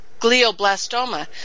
glioblastoma